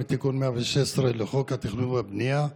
בעקבות תיקון 116 לחוק התכנון והבנייה.